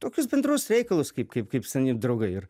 tokius bendrus reikalus kaip kaip kaip seni draugai ir